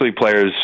players